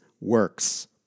works